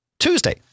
Tuesday